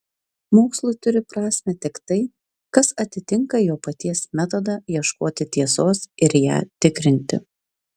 mokslui turi prasmę tik tai kas atitinka jo paties metodą ieškoti tiesos ir ją tikrinti